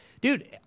dude